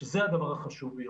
וזה הדבר החשוב ביותר.